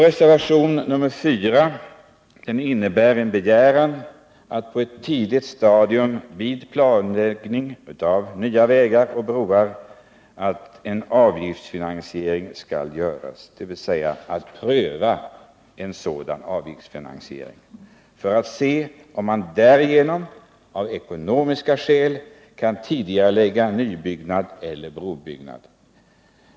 Reservation nr 4 innebär en begäran att på ett tidigt stadium vid planläggning av nya vägar och broar en avgiftsfinansiering skall införas, dvs. att pröva en sådan avgiftsfinansiering för att se om man därigenom av ekonomiska skäl kan tidigarelägga nybyggnad eller brobyggnad.